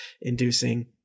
inducing